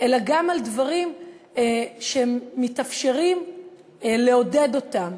אלא גם על דברים שהם מתאפשרים לעודד אותם,